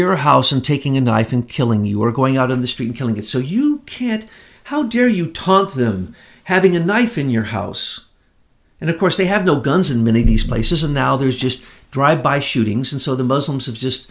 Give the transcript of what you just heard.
your house and taking a knife and killing you are going out in the stream killing it so you can't how dare you tons of them having a knife in your house and of course they have no guns in many of these places and now there's just drive by shootings and so the muslims have just